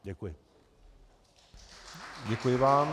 Děkuji vám.